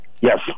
yes